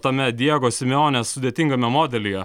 tame diego simeonės sudėtingame modelyje